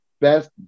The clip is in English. best